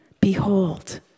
Behold